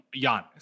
Giannis